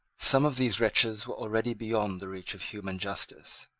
some of these wretches were already beyond the reach of human justice.